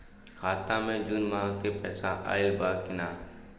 खाता मे जून माह क पैसा आईल बा की ना?